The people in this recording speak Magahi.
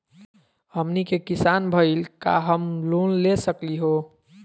हमनी के किसान भईल, का हम लोन ले सकली हो?